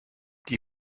die